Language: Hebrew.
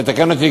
תתקני אותי,